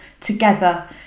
together